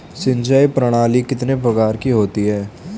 सिंचाई प्रणाली कितने प्रकार की होती हैं?